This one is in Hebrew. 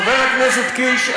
חבר הכנסת קיש,